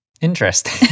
Interesting